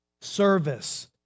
service